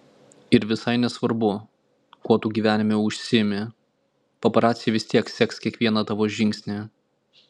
ir visai nesvarbu kuo tu gyvenime užsiimi paparaciai vis tiek seks kiekvieną tavo žingsnį